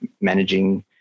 managing